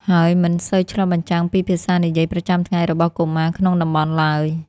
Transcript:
ហើយមិនសូវឆ្លុះបញ្ចាំងពីភាសានិយាយប្រចាំថ្ងៃរបស់កុមារក្នុងតំបន់ឡើយ។